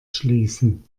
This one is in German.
schließen